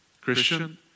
Christian